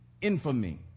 infamy